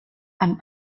and